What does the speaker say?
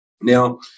Now